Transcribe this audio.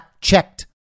checked